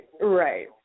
Right